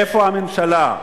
איפה הממשלה?